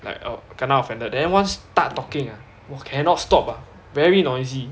like err kena offended then once start talking ah !wah! cannot stop ah very noisy